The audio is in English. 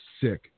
sick